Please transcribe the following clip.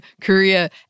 Korea